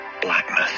blackness